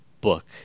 book